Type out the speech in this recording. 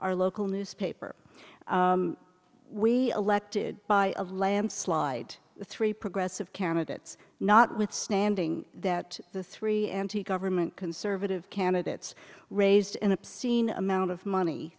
our local newspaper we elected by a landslide three progressive candidates not withstanding that the three anti government conservative candidates raised in obscene amount of money